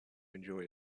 enjoy